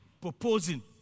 proposing